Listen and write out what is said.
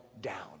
down